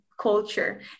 culture